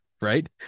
right